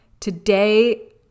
Today